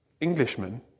englishman